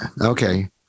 Okay